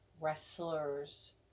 wrestlers